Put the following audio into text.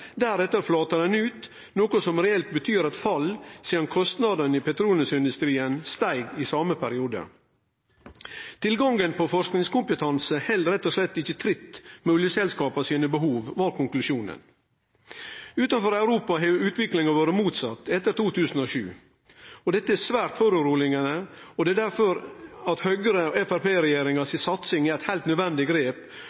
deretter flata dei ut, noko som reelt betyr eit fall sidan kostnadene i petroleumsindustrien steig i same perioden. Tilgangen på forskingskompetanse held rett og slett ikkje tritt med oljeselskapa sine behov, var konklusjonen. Utanfor Europa har utviklinga vore motsett etter 2007. Dette er svært urovekkjande, og det er derfor Høgre–Framstegsparti-regjeringa si satsing er eit heilt nødvendig grep for at